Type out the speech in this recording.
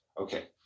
Okay